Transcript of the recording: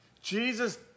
Jesus